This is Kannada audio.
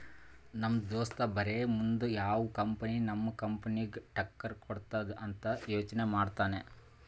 ನಮ್ ದೋಸ್ತ ಬರೇ ಮುಂದ್ ಯಾವ್ ಕಂಪನಿ ನಮ್ ಕಂಪನಿಗ್ ಟಕ್ಕರ್ ಕೊಡ್ತುದ್ ಅಂತ್ ಯೋಚ್ನೆ ಮಾಡ್ತಾನ್